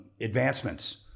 advancements